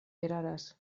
eraras